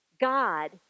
God